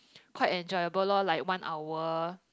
quite enjoyable lor like one hour